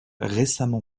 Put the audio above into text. récemment